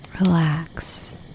relax